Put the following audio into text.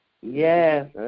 Yes